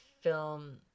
film